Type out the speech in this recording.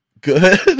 good